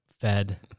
fed